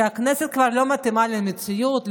שהכנסת כבר לא מתאימה למציאות,